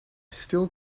still